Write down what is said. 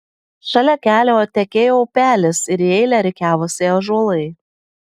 šalia kelio tekėjo upelis ir į eilę rikiavosi ąžuolai